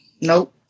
Nope